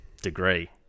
degree